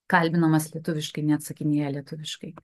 kalbinamas lietuviškai neatsakinėja lietuviškai